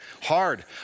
hard